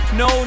no